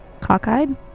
cockeyed